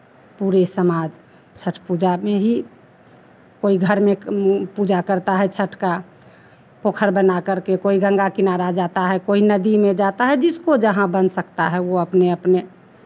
पूरे समाज छठ पूजा में ही कोई घर में पूजा करता है छठ का पोखर बनाकर के कोई गंगा किनारा जाता है कोई नदी में जाता है जिसको जहाँ बन सकता है वो अपने अपने